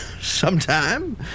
sometime